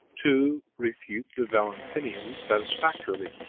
to refute the valentinians satisfactorily,